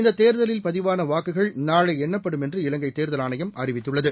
இந்த தேர்தலில் பதிவான வாக்குகள் நாளை எண்ணப்படும் என்று இலங்கை தேர்தல் ஆணையம் அறிவித்துள்ளது